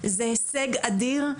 זה הישג אדיר,